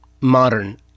modern